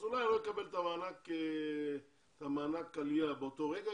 אז אולי הוא לא יקבל את המענק עלייה באותו רגע,